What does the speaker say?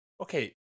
Okay